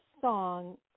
song